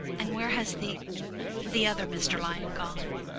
and where has the the other mr. lion gone?